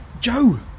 Joe